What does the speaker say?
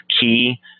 key